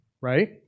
right